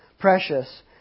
precious